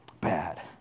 bad